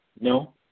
No